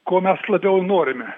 ko mes labiau norime